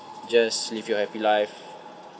just live your happy life